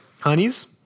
Honeys